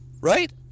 right